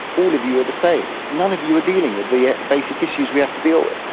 all of you are the same, none of you are dealing with the basic issues we have to deal with.